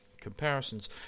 comparisons